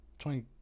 Twenty